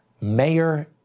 Mayor